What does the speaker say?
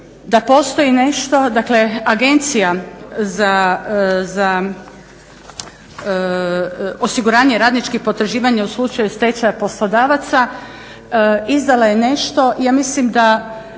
da postoji nešto, dakle Agencija za osiguranje radničkih potraživanja u slučaju stečaja poslodavaca izdala je nešto ja mislim da